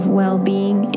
well-being